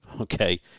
Okay